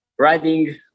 Riding